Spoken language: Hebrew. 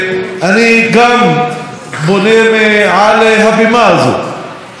אני גם פונה מעל הבימה הזאת